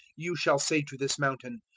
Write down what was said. you shall say to this mountain,